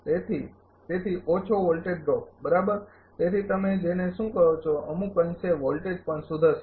તેથી તેથી ઓછો વોલ્ટેજ ડ્રોપ બરાબર તેથી તમે જેને શું કહો છો અમુક અંશે વોલ્ટેજ પણ સુધરશે